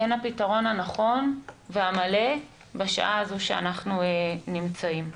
הן הפתרון הנכון והמלא בשעה הזו שבה אנחנו נמצאים.